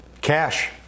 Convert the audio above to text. Cash